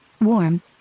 warm